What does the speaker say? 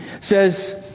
says